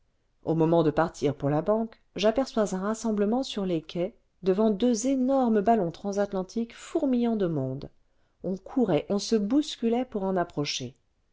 au moment de partir pour la banque j'aperçois un rassemblement sur les quais devant deux énormes ballons transatlantiques fourmillant de monde on courait on se bousculait pour en approcher